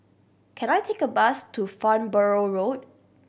can I take a bus to Farnborough Road